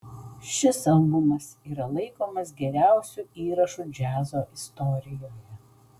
šis albumas yra laikomas geriausiu įrašu džiazo istorijoje